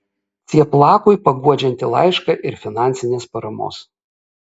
cieplakui paguodžiantį laišką ir finansinės paramos